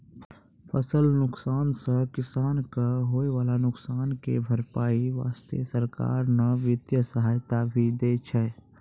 फसल नुकसान सॅ किसान कॅ होय वाला नुकसान के भरपाई वास्तॅ सरकार न वित्तीय सहायता भी दै छै